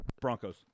Broncos